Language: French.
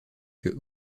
que